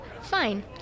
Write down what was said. Fine